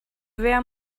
wer